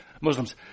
Muslims